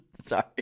Sorry